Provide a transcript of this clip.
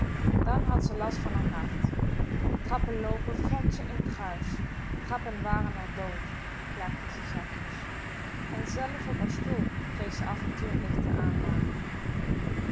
dan had ze last van r hart trappen loopen vond ze n kruis trappen waren r dood klaagde ze zachtjes en zelfs op r stoel kreeg ze af en toe n lichte aanmaning